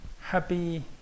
happy